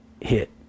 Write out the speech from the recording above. hit